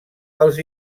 els